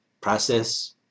process